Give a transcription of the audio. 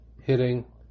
hitting